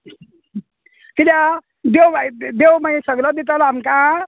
किद्या देव आय देव मागीर सगलो दितलो आमकां